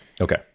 Okay